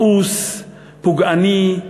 מאוס, פוגעני,